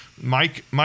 Mike